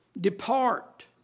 depart